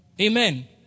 Amen